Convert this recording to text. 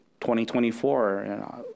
2024